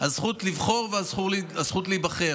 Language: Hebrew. הזכות לבחור והזכות להיבחר.